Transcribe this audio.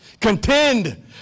Contend